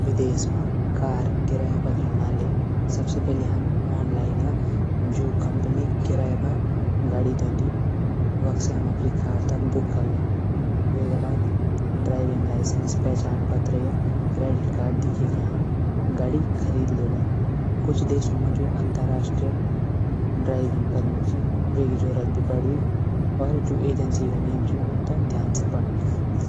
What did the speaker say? विदेश मा कार किराया पर लेणो सबसे पैली हम आनलाईन या जू कम्पनी गाडी दियोंन्दी। वख से अपडी कार तै बुक करला। वेक बाद ड्राइविंग लाइसेंस पहचान पत्र या क्रेडिट कार्ड दिखैकी हम गाडी खरीद लियोल्या। कुछ देशों मा जू अंतरराष्ट्रीय ड्राइविंग परमिट च वेक जरूरत भी पडदी। और जू एजंसी नियम च ऊंथै ध्यान से पंड।